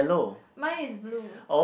mine is blue